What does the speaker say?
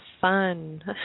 fun